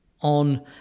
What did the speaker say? on